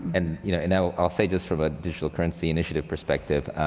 and you know and i'll i'll say this for the digital currency initiative perspective.